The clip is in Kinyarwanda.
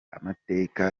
amateka